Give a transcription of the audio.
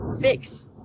fix